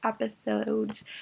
episodes